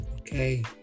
Okay